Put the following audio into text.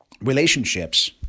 relationships